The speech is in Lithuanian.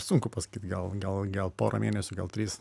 sunku pasakyt gal gal pora mėnesių gal trys